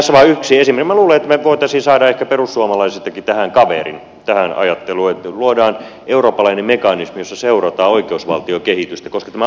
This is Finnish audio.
minä luulen että me voisimme saada ehkä perussuomalaisistakin kaverin tähän ajatteluun että luodaan eurooppalainen mekanismi jossa seurataan oikeusvaltiokehitystä koska tämä arvopohja on meille niin tärkeä